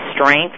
strength